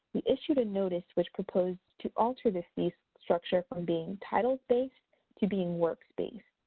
we issued a notice which proposed to alter the fee structure from being titled based to being worked based.